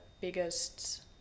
biggest